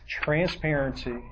transparency